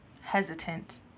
hesitant